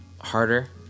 harder